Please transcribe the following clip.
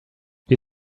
wir